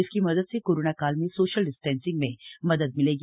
इसकी मदद से कोरोना काल में सोशल डिस्टेंसिंग में मदद मिलेगी